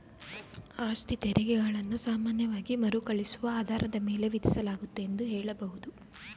ಆಸ್ತಿತೆರಿಗೆ ಗಳನ್ನ ಸಾಮಾನ್ಯವಾಗಿ ಮರುಕಳಿಸುವ ಆಧಾರದ ಮೇಲೆ ವಿಧಿಸಲಾಗುತ್ತೆ ಎಂದು ಹೇಳಬಹುದು